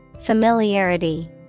Familiarity